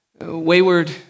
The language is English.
wayward